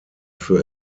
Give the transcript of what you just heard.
für